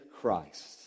Christ